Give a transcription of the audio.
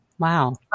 Wow